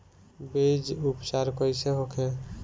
बीज उपचार कइसे होखे?